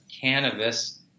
cannabis